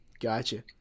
Gotcha